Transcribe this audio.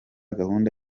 gahunda